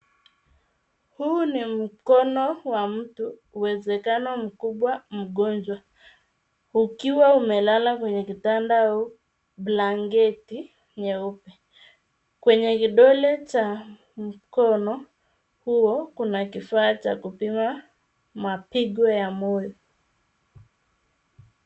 Huu ni mkono wa mtu uwezekano mkubwa mgonjwa ukiwa umelala kwenye kitanda au blanketi nyeupe. Kwenye kidole cha mkono huo kuna kifaa cha kupima mapigo ya moyo.